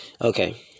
Okay